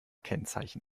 kennzeichen